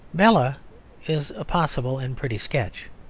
bella is a possible and pretty sketch.